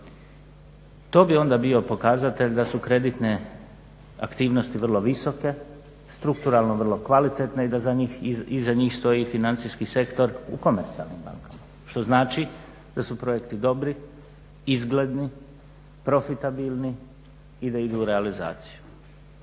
To bi onda bio pokazatelj da su kreditne aktivnosti vrlo visoke, strukturalno vrlo kvalitetne i da iza njih stoji financijski sektor u komercijalnim bankama. Što znači da su projekti dobri, izgledni, profitabilni i da idu u realizaciju.